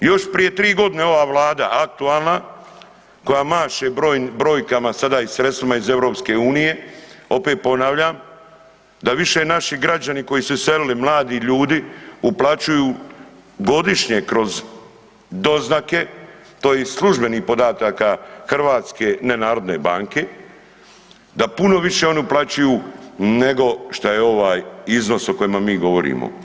Još prije 3.g. ova vlada aktualna koja maše brojkama sada i sredstvima iz EU, opet ponavljam, da više naši građani koji su iselili, mladi ljudi, uplaćuju godišnje kroz doznake, to je iz službenih podataka Hrvatske, ne narodne banke, da puno više oni uplaćuju nego šta je ovaj iznos o kojemu mi govorimo.